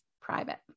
private